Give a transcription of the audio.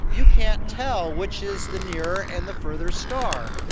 you can't tell which is the nearer and the further star.